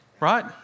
right